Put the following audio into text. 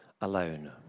alone